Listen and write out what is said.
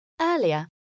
Earlier